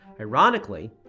Ironically